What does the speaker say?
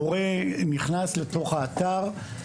הורה נכנס לתוך האתר,